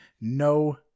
no